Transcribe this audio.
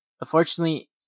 Unfortunately